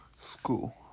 school